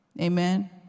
amen